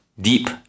deep